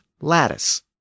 lattice